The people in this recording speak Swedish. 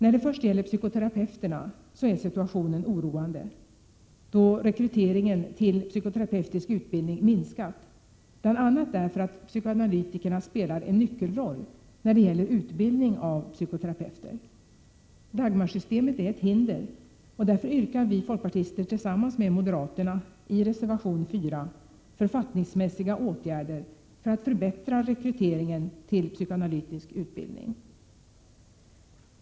Vad först beträffar psykoterapeuterna så är situationen oroande, då rekryteringen till psykoterapeutisk utbildning minskat, bl.a. därför att psykoanalytikerna spelar en nyckelroll för utbildning av psykoterapeuter. Dagmarsystemet är ett hinder, och därför yrkar vi folkpartister tillsammans med moderaterna i reservation 4 författningsmässiga åtgärder för att förbättra rekryteringen till psykoanalytisk utbildning.